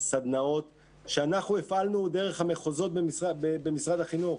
סדנאות שאנחנו הפעלנו דרך המחוזות במשרד החינוך.